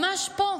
ממש פה.